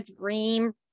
dream